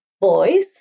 boys